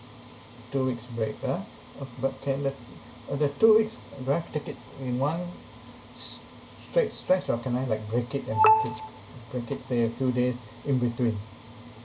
two weeks break ah oh but can the oh that two weeks do I have to take it in one s~ straight stretch or can I like break it and break it say a few days in between